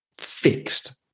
fixed